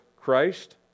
Christ